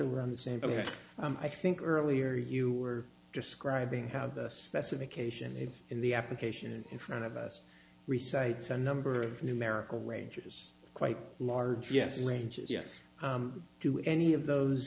around the same time as i think earlier you were describing how the specification made in the application and in front of us recites a number of numerical ranges quite large yes ranges yes to any of those